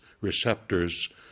receptors